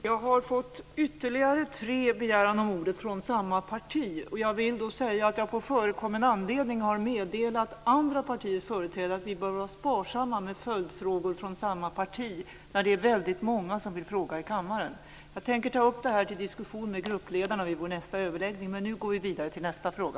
Jag har fått ytterligare tre begäran om ordet från samma parti. Jag vill då säga att jag på förekommen anledning har meddelat andra partiers företrädare att vi bör vara sparsamma med följdfrågor från samma parti när det är väldigt många som vill fråga i kammaren. Jag tänker ta upp det här till diskussion med gruppledarna vid vår nästa överläggning. Nu går vi vidare till nästa fråga.